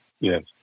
Yes